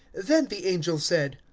then the angel said,